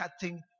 cutting